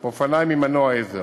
ואופניים עם מנוע עזר.